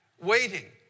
waiting